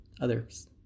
others